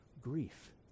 grief